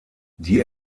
die